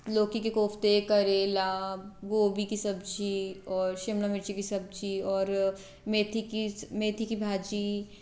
लौकी के कोफ़्ते करेला गोभी की सब्ज़ी और शिमला मिर्ची की सब्ज़ी और मेथी की मेथी की भाजी